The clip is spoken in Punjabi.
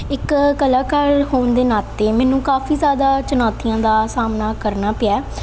ਇੱਕ ਕਲਾਕਾਰ ਹੋਣ ਦੇ ਨਾਤੇ ਮੈਨੂੰ ਕਾਫੀ ਜ਼ਿਆਦਾ ਚੁਣੌਤੀਆਂ ਦਾ ਸਾਹਮਣਾ ਕਰਨਾ ਪਿਆ